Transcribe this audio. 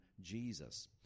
Jesus